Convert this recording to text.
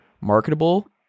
marketable